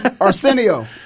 Arsenio